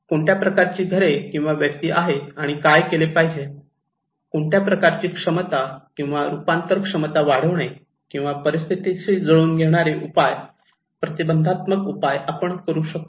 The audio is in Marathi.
कोणत्या प्रकारची घरे किंवा व्यक्ती आहेत आणि काय केले पाहिजे कोणत्या प्रकारचे क्षमता किंवा रूपांतर क्षमता वाढवणे किंवा परिस्थितीशी जुळवून घेणारे उपाय प्रतिबंधात्मक उपाय आपण करू शकतो